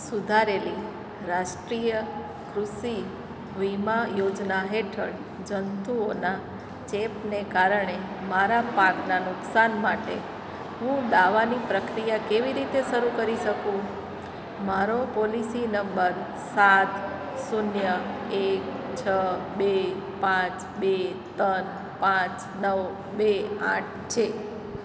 સુધારેલી રાષ્ટ્રીય કૃષિ વીમા યોજના હેઠળ જંતુઓના ચેપને કારણે મારા પાકનાં નુકસાન માટે હું દાવાની પ્રક્રિયા કેવી રીતે શરૂ કરી શકું મારો પોલિસી નંબર સાત શૂન્ય એક છ બે પાંચ બે ત્રણ પાંચ નવ બે આઠ છે